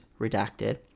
Redacted